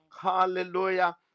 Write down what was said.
Hallelujah